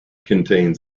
contains